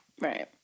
Right